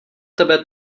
tebe